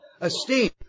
Esteem